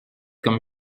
comme